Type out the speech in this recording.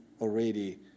already